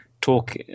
talk